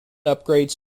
upgrades